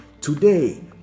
today